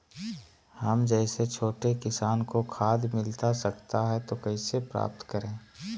हम जैसे छोटे किसान को खाद मिलता सकता है तो कैसे प्राप्त करें?